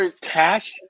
Cash